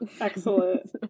excellent